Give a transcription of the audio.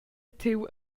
tiu